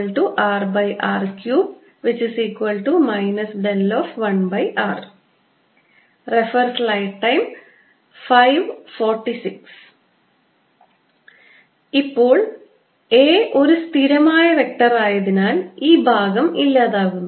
A AmBrr3 1r ഇപ്പോൾ A ഒരു സ്ഥിരമായ വെക്റ്റർ ആയതിനാൽ ഈ ഭാഗം ഇല്ലാതാകുന്നു